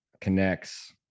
connects